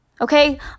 Okay